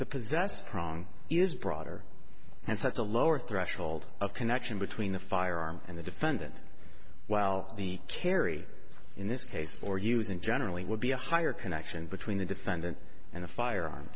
the possess prong is broader and that's a lower threshold of connection between the firearm and the defendant well the carry in this case or using generally would be a higher connection between the defendant and a fire